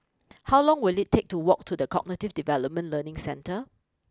how long will it take to walk to the Cognitive Development Learning Centre